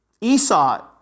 Esau